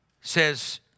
says